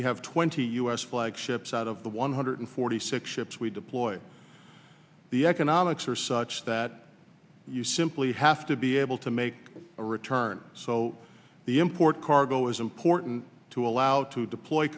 we have twenty u s flagged ships out of the one hundred forty six ships we deployed the economics are such that you simply have to be able to make a return so the import cargo is important to allow to deploy